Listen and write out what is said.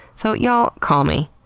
so y'all, call me.